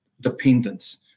dependence